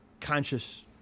conscious